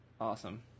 Awesome